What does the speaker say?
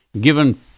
given